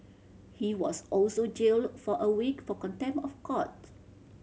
he was also jailed for a week for contempt of court